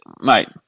Mate